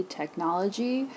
technology